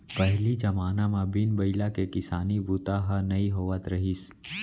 पहिली जमाना म बिन बइला के किसानी बूता ह नइ होवत रहिस